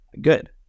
good